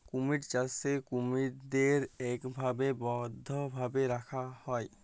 কুমির চাষে কুমিরদ্যার ইকবারে বদ্ধভাবে রাখা হ্যয়